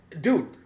dude